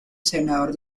senador